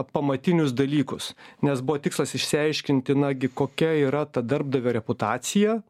pamatinius dalykus nes buvo tikslas išsiaiškinti nagi kokia yra ta darbdavio reputacija